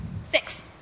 Six